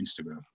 Instagram